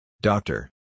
Doctor